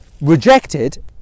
rejected